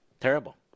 Terrible